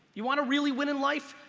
you wanna really win in life?